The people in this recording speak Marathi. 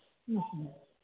हं हं